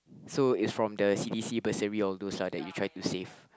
so it's from the C_D_C bursary all those lah that you try to save